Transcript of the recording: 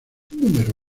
número